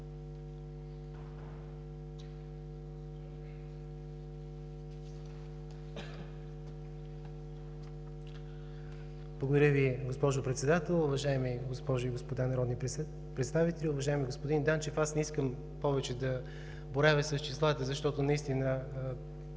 Благодаря Ви, госпожо Председател. Уважаеми госпожи и господа народни представители, уважаеми господин Данчев! Аз не искам повече да боравя с числата, защото наистина